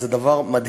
זה דבר מדהים,